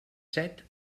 set